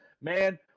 man